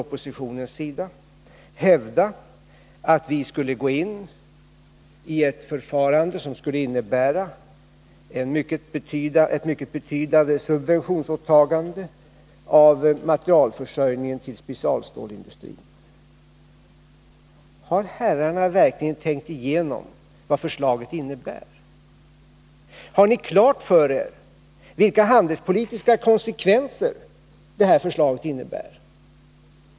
Oppositionen hävdar att vi bör förfara på ett sätt som skulle innebära ett mycket betydande subventionsåtagande när det gäller materialförsörjningen till specialstålsindustrin. Har herrarna verkligen tänkt igenom vad förslaget innebär? Har ni klart för er vilka handelspolitiska konsekvenser detta förslag får?